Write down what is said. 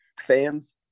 fans